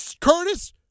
Curtis